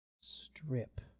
Strip